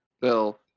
Bill